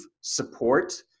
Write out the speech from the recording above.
support